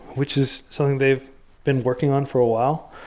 which is something they've been working on for a while.